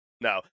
no